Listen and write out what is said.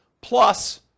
plus